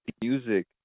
music